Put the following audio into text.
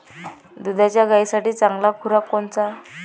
दुधाच्या गायीसाठी चांगला खुराक कोनचा?